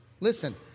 Listen